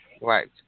Right